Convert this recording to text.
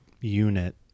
unit